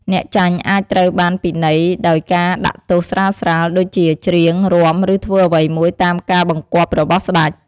អ្នកចាញ់អាចត្រូវបានពិន័យដោយការដាក់ទោសស្រាលៗ ដូចជាច្រៀង រាំ ឬធ្វើអ្វីមួយតាមការបង្គាប់របស់ស្តេច។